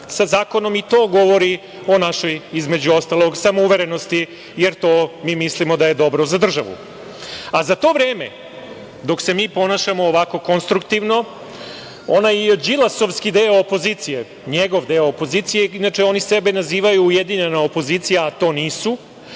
sa zakonom. I to govori o našoj, između ostalog, samouverenosti, jer to mi mislimo da je dobro za državu.Za to vreme, dok se mi ponašamo ovako konstruktivno, onaj đilasovski deo opozicije, njegov deo opozicije, inače oni sebe nazivaju ujedinjena opozicija, a to nisu,